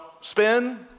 spin